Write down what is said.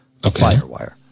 Firewire